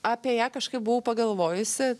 apie ją kažkaip buvau pagalvojusi